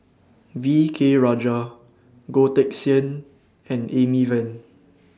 V K Rajah Goh Teck Sian and Amy Van